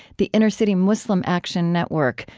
the inner-city muslim action network,